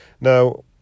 Now